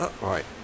right